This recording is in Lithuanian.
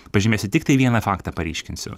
pažymėsiu tiktai vieną faktą paryškinsiu